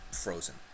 Frozen